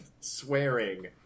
swearing